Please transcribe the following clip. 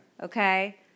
Okay